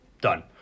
Done